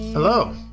Hello